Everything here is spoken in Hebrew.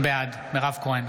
בעד מירב כהן,